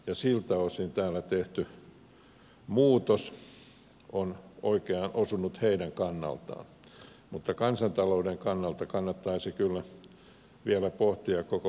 siltä osin täällä tehty muutos on oikeaan osunut heidän kannaltaan mutta kansantalouden kannalta kannattaisi kyllä vielä pohtia koko verojärjestelmä